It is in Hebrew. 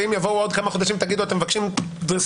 ואם יבואו עוד כמה חודשים תגידו אתם מבקשים סעיף,